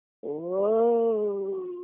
whoa